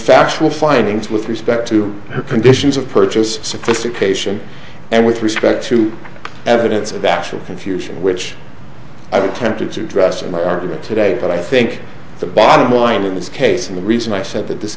factual findings with respect to her conditions of purchase sophistication and with respect to evidence of actual confusion which i've attempted to address in my argument today but i think the bottom line in this case and the reason i said that this